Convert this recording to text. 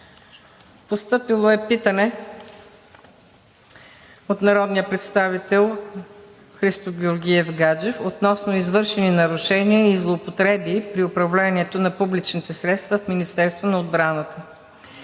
Постъпило е питане от народния представител Христо Георгиев Гаджев относно извършени нарушения и злоупотреби при управлението на публичните средства в Министерството на отбраната.